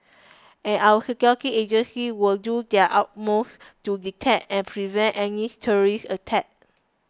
and our security agencies will do their utmost to detect and prevent any terrorist attacks